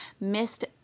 missed